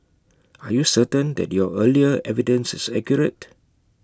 are you certain that your earlier evidence is accurate